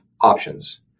options